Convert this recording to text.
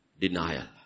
Denial